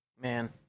Man